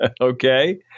Okay